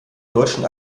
deutschen